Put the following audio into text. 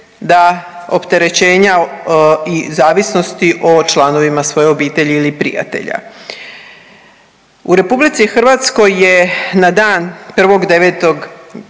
da opterećenja i zavisnosti o članovima svoje obitelji ili prijatelja. U Republici Hrvatskoj je na dan